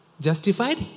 Justified